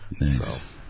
Nice